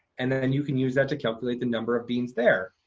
and then you can use that to calculate the number of beans there.